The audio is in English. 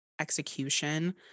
execution